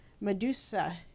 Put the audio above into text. Medusa